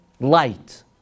Light